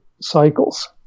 cycles